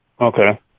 Okay